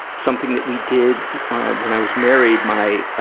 something that we did when i was married my